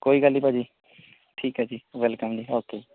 ਕੋਈ ਗੱਲ ਨਹੀਂ ਭਾ ਜੀ ਠੀਕ ਹੈ ਜੀ ਵੈਲਕੱਮ ਜੀ ਓਕੇ